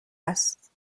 است